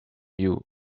you